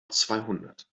zweihundert